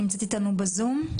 שנמצאת איתנו בזום.